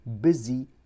busy